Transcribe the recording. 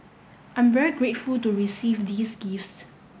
I'm very grateful to receive these gifts